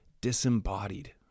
disembodied